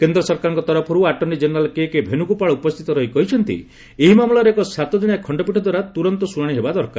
କେନ୍ଦ୍ର ସରକାରଙ୍କ ତରଫର୍ attorney general K K Venugopal ଉପସ୍ଥିତ ରହି କହିଛନ୍ତି ଏହି ମାମଲାର ଏକ ସାତ ଜଣିଆ ଖଣ୍ଡପୀଠଦ୍ୱାରା ତ୍ରରନ୍ତ ଶୁଣାଣି ହେବା ଦରକାର